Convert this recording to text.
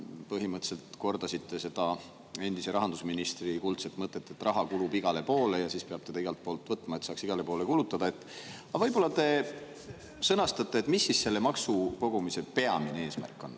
te põhimõtteliselt kordasite endise rahandusministri kuldset mõtet, et raha kulub igale poole ja seda peab igalt poolt võtma, et saaks igale poole kulutada. Võib-olla te sõnastate, mis selle maksu kogumise peamine eesmärk on?